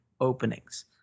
openings